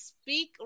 speak